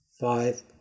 five